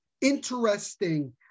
interesting